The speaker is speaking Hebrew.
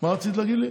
מה רצית להגיד לי?